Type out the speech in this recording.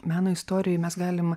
meno istorijoj mes galim